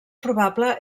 probable